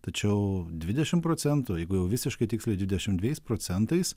tačiau dvidešim procentų jeigu jau visiškai tiksliai dvidešim dvejais procentais